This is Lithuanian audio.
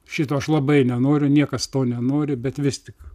šito aš labai nenoriu niekas to nenori bet vis tik